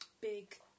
big